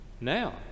Now